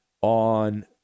on